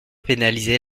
pénaliser